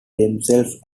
themselves